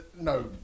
no